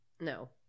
No